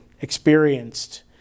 experienced